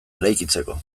eraikitzeko